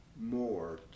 more